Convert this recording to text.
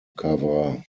cover